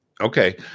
Okay